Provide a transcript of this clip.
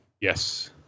Yes